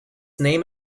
name